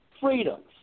freedoms